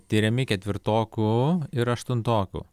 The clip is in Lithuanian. tiriami ketvirtokų ir aštuntokų